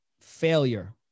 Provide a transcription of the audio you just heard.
failure